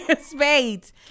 spades